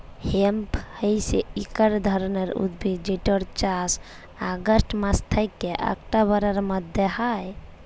hemp হইসে একট ধরণের উদ্ভিদ যেটর চাস অগাস্ট মাস থ্যাকে অক্টোবরের মধ্য হয়